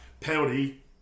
Penalty